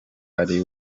ari